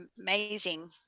amazing